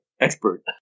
expert